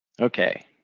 Okay